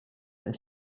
and